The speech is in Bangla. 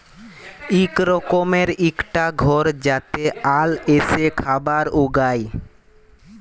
ইক রকমের ইকটা ঘর যাতে আল এসে খাবার উগায়